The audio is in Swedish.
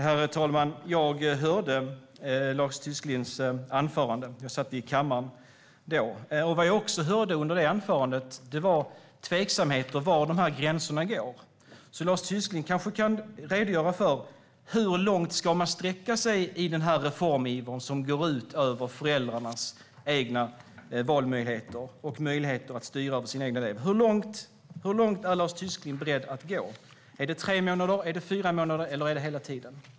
Herr talman! Jag hörde Lars Tysklinds anförande. Jag satt i kammaren då. Vad jag också hörde under det anförandet var tveksamheter kring var de här gränserna går. Lars Tysklind kanske kan redogöra för hur långt man ska sträcka sig i den här reformivern som går ut över föräldrarnas valmöjligheter. Hur långt är Lars Tysklind beredd att gå? Är det tre månader, är det fyra månader eller är det alla föräldradagarna?